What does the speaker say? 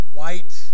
white